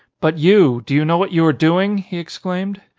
but you, do you know what you are doing? he exclaimed.